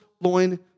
loin